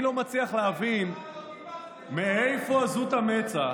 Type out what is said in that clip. אבל אני לא מצליח להבין מאיפה עזות המצח